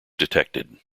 detected